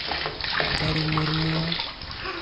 Darhu Murmu